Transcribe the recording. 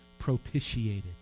propitiated